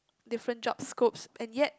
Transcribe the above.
different job scopes and yet